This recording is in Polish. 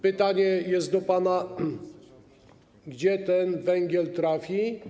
Pytanie do pana: Gdzie ten węgiel trafi?